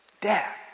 Dad